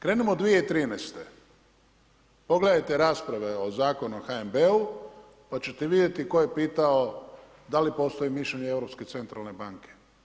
Krenimo od 2013. pogledajte rasprave o Zakonu o HNB-u pa ćete vidjeti tko je pitao da li postoji mišljenje Europske centralne banke?